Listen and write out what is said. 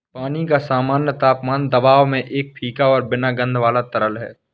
पानी का सामान्य तापमान दबाव में एक फीका और बिना गंध वाला तरल है